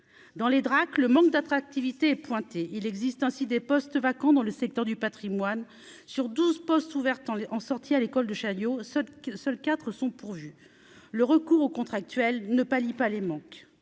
dans les Drac, le manque d'attractivité pointé, il existe ainsi des postes vacants dans le secteur du Patrimoine sur 12 postes ouvertes en en sorti à l'école de Chaillot, ce que seuls 4 sont pourvus, le recours aux contractuels ne pallie pas les manques